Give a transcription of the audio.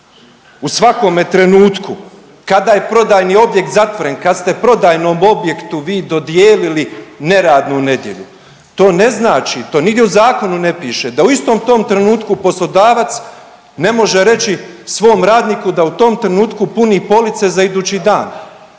U svakome trenutku kada je prodajni objekt zatvore, kad ste prodajnom objektu vi dodijelili neradnu nedjelju to ne znači, to nigdje u zakonu ne piše da u istom tom trenutku poslodavac ne može reći svom radniku da u tom trenutku puni police za idući dan.